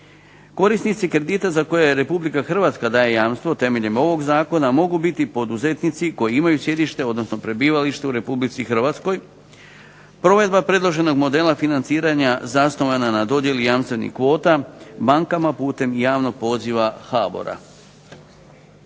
Korisnici kredita za koje Republika Hrvatska daje jamstvo temeljem ovog zakona mogu biti poduzetnici koji imaju sjedište, odnosno prebivalište u Republici Hrvatskoj provedba predloženog modela financiranja zasnovana na dodjeli jamstvenih kvota bankama putem javnog poziva HBOR-a.